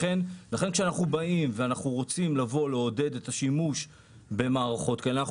לכן כשאנחנו באים ורוצים לבוא ולעודד את השימוש במערכות כאלו,